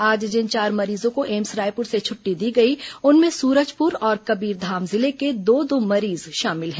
आज जिन चार मरीजों को एम्स रायपुर से छुट्टी दी गई उनमें सूरजपुर और कबीरधाम जिले के दो दो मरीज शामिल हैं